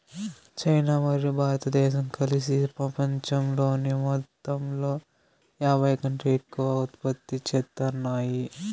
China మరియు భారతదేశం కలిసి పపంచంలోని మొత్తంలో యాభైకంటే ఎక్కువ ఉత్పత్తి చేత్తాన్నాయి